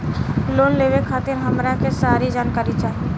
Loan लेवे खातीर हमरा के सारी जानकारी चाही?